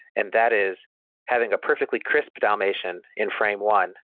and that is having a perfectly crisp dalmatian in frame one,